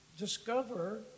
discover